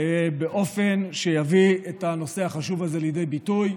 באופן שיביא את הנושא החשוב הזה לידי ביטוי.